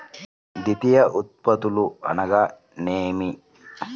ద్వితీయ ఉత్పత్తులు అనగా నేమి?